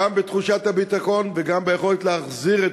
גם בתחושת הביטחון וגם ביכולת להחזיר את